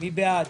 מי בעד?